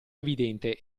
evidente